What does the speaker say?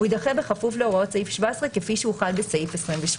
הוא יידחה בכפוף להוראות סעיף 17 כפי שהוחל בסעיף 28,